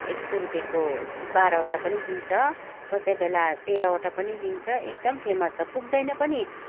एक सौ रुपियाँको बाह्रवटा पनि दिन्छ कसै बेला तेह्रवाटा पनि दिन्छ एकदम फेमस छ पुग्दैन पनि